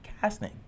casting